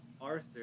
Arthur